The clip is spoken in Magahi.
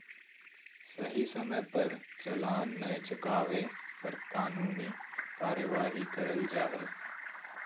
सही समय पर चालान नय चुकावे पर कानूनी कार्यवाही करल जा हय